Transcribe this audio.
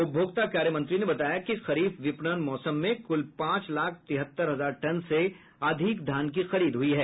उपभोक्ता कार्य मंत्री ने बताया कि खरीफ विपणन मौसम में कुल पांच लाख तिहत्तर हजार टन से अधिक धान की खरीद हुई है